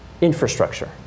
infrastructure